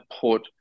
put